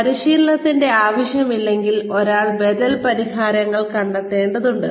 പരിശീലനത്തിന്റെ ആവശ്യമില്ലെങ്കിൽ ഒരാൾ ബദൽ പരിഹാരങ്ങൾ കണ്ടെത്തേണ്ടതുണ്ട്